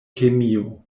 kemio